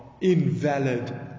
invalid